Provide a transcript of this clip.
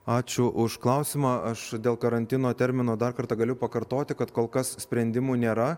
ačiū už klausimą aš dėl karantino termino dar kartą galiu pakartoti kad kol kas sprendimų nėra